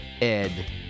Ed